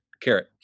carrot